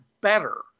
better